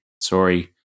Sorry